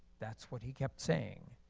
that's what he kept saying.